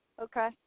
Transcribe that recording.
Okay